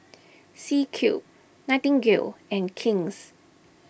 C Cube Nightingale and King's